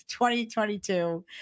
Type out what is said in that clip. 2022